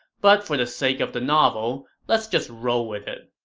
but for the sake of the novel, let's just roll with it.